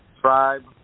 Tribe